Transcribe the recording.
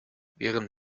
während